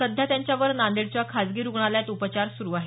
सध्या त्यांच्यावर नांदेडच्या खाजगी रुग्णालयात उपचार सुरू आहेत